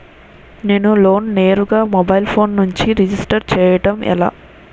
నేను లోన్ నేరుగా mobile phone నుంచి రిజిస్టర్ చేయండి ఎలా?